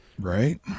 right